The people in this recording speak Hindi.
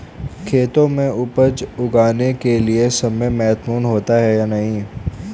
खेतों में उपज उगाने के लिये समय महत्वपूर्ण होता है या नहीं?